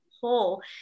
whole